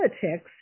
politics